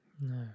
no